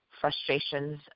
frustrations